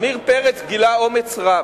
עמיר פרץ גילה אומץ רב,